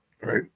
right